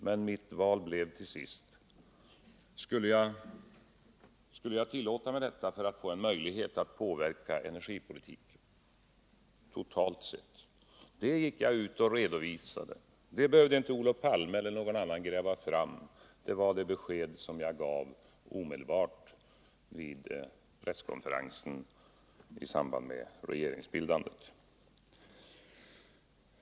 Jag stod till sist inför valet om jag skulle tillåta mig detta eller inte för att få en möjlighet att påverka energipolitiken totalt sett. Jag gick ut och redovisade min uppfattning. Det behövde inte Olof Palme eller någon annan gräva fram. Det beskedet gav jag omedelbart vid presskonferensen i samband med regeringsbildandet.